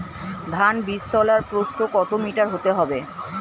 ধান বীজতলার প্রস্থ কত মিটার হতে হবে?